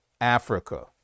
Africa